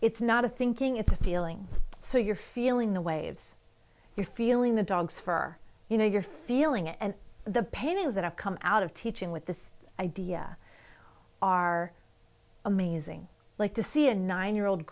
it's not a thinking it's a feeling so you're feeling the waves you're feeling the dogs for you know you're feeling it and the paintings that have come out of teaching with this idea are amazing like to see a nine year old